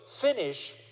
finish